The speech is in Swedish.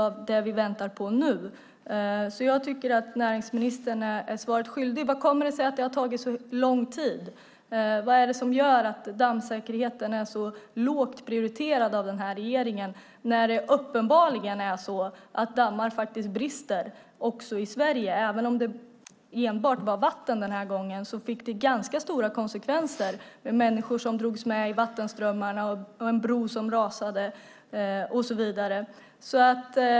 Därför tycker jag att näringsministern fortfarande är svaret skyldig. Hur kommer det sig att det tagit så lång tid? Vad är det som gör att dammsäkerheten är så lågt prioriterad av regeringen trots att dammar uppenbarligen brister? Det sker även i Sverige. Nu var det endast fråga om vatten den här gången, men det fick ändå ganska stora konsekvenser. Människor drogs med i vattenströmmarna, en bro rasade och så vidare.